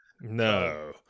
No